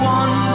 one